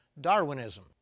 Darwinism